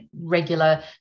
regular